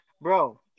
Bro